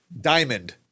Diamond